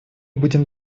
будем